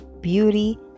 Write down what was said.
beauty